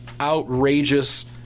outrageous